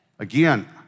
Again